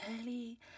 early